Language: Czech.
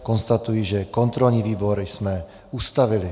Konstatuji, že kontrolní výbor jsme ustavili.